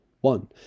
one